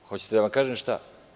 Hoćete da vam kažem šta?